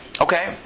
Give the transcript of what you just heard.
Okay